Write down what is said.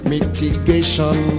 Mitigation